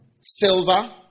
silver